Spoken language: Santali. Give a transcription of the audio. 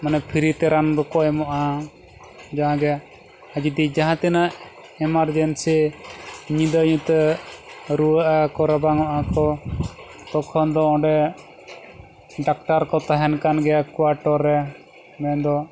ᱢᱟᱱᱮ ᱯᱷᱨᱤ ᱛᱮ ᱨᱟᱱ ᱫᱚᱠᱚ ᱮᱢᱚᱜᱼᱟ ᱡᱟᱦᱟᱸ ᱜᱮ ᱡᱩᱫᱤ ᱡᱟᱦᱟᱸ ᱛᱤᱱᱟᱹᱜ ᱮᱢᱟᱨᱡᱮᱱᱥᱤ ᱧᱤᱫᱟᱹ ᱧᱩᱛᱟᱹ ᱨᱩᱭᱟᱹᱜᱼᱟᱠᱚ ᱨᱟᱵᱟᱝᱚᱜᱼᱟ ᱠᱚ ᱛᱚᱠᱷᱚᱱ ᱫᱚ ᱚᱸᱰᱮ ᱰᱟᱠᱛᱟᱨ ᱠᱚ ᱛᱟᱦᱮᱱ ᱠᱟᱱ ᱜᱮᱭᱟ ᱠᱳᱣᱟᱴᱟᱨ ᱨᱮ ᱢᱮᱱᱫᱚ